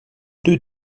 deux